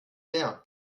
leer